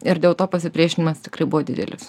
ir dėl to pasipriešinimas tikrai buvo didelis